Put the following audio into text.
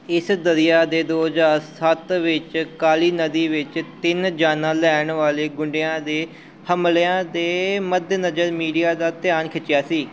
ਇਸ ਦਰਿਆ ਨੇ ਦੋ ਹਜ਼ਾਰ ਸੱਤ ਵਿੱਚ ਕਾਲੀ ਨਦੀ ਵਿੱਚ ਤਿੰਨ ਜਾਨਾਂ ਲੈਣ ਵਾਲੇ ਗੁੰਡਿਆਂ ਦੇ ਹਮਲਿਆਂ ਦੇ ਮੱਦੇਨਜ਼ਰ ਮੀਡੀਆ ਦਾ ਧਿਆਨ ਖਿੱਚਿਆ ਸੀ